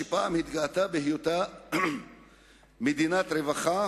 שפעם התגאתה בהיותה מדינת רווחה,